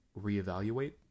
reevaluate